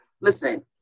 listen